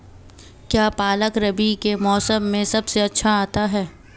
क्या पालक रबी के मौसम में सबसे अच्छा आता है?